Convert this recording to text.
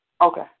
Okay